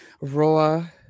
Roa